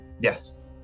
Yes